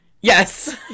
Yes